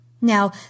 Now